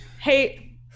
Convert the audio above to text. hey